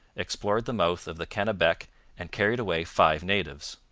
explored the mouth of the kennebec and carried away five natives.